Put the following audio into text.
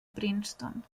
princeton